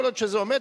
כל עוד שזה עומד,